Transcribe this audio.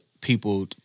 people